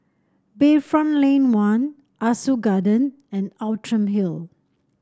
Bayfront Lane One Ah Soo Garden and Outram Hill